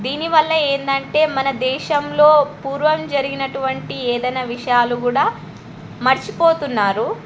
దీనివల్ల ఏమిటి అంటే మన దేశంలో పూర్వం జరిగినటువంటి ఏదైనా విషయాలు కూడా మర్చిపోతున్నారు